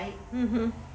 mmhmm